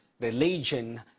religion